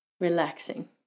relaxing